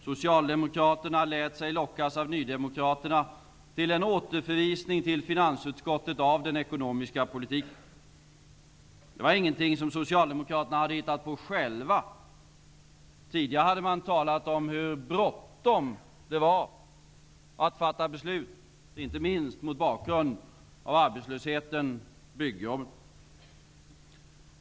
Socialdemokraterna lät sig lockas av nydemokraterna till en återförvisning till finansutskottet av betänkandet om den ekonomiska politiken. Det var ingenting som Socialdemokraterna själva hade hittat på. Tidigare hade man talat om hur bråttom det var att fatta beslut, inte minst mot bakgrund av arbetslösheten i byggbranschen.